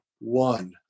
One